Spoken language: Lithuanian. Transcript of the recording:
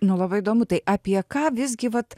nu labai įdomu tai apie ką visgi vat